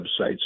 websites